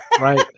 Right